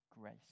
grace